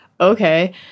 okay